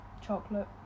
Chocolate